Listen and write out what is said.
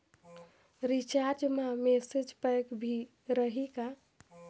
Recharge मा message pack भी रही का?